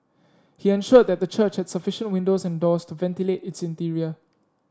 he ensured that the church had sufficient windows and doors to ventilate its interior